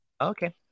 Okay